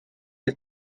his